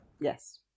Yes